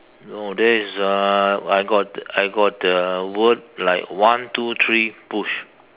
no there is uh I got I got uh word like one two three push